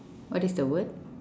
what is the word